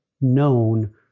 known